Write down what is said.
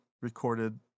recorded